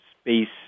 space